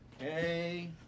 Okay